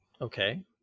Okay